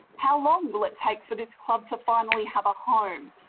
how long will it take for this club to finally have a home?